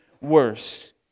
worse